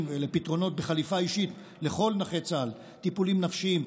ולפתרונות "בחליפה אישית" לכל נכה צה"ל: טיפולים נפשיים,